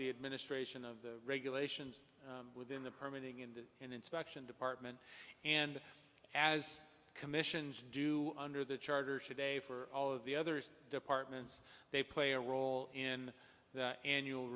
the administration of the regulations within the permanent inspection department and as commissions do under the charter today for all of the others departments they play a role in the annual